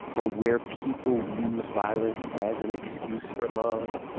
or where people use violence as an excuse for love.